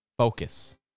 Focus